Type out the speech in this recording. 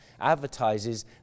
advertises